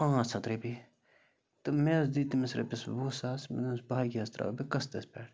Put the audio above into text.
پانٛژھ ہَتھ رۄپیہِ تہٕ مےٚ حظ دِتۍ تٔمِس رۄپیَس وُہ ساس مےٚ نہٕ حظ باقِیَس ترٛاو بہٕ قٕسطَس پٮ۪ٹھ